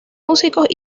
músicos